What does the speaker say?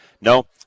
No